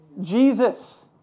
Jesus